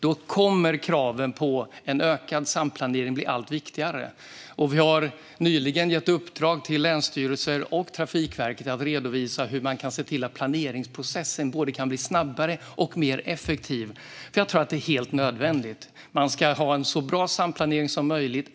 Då kommer kraven på ökad samplanering att bli allt viktigare. Vi har nyligen gett uppdrag till länsstyrelserna och Trafikverket att redovisa hur man kan göra planeringsprocessen både snabbare och mer effektiv. Jag tror att det är helt nödvändigt. Man ska ha så bra samplanering som möjligt.